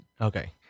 Okay